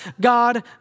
God